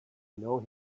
know